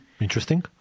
Interesting